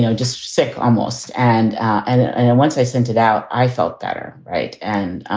you know just sick almost. and and i once i sent it out, i felt better. right. and.